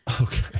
Okay